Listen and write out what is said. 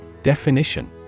Definition